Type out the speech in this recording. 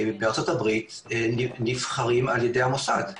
חבר הכנסת עוזי